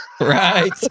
Right